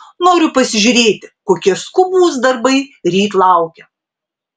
noriu pasižiūrėti kokie skubūs darbai ryt laukia